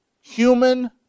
Human